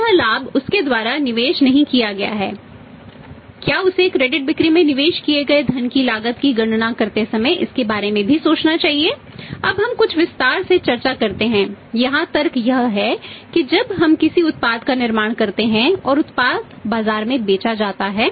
अब यह लाभ उसके द्वारा निवेश नहीं किया गया है क्या उसे क्रेडिट चक्र यहां पूरा होता है